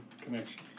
Connection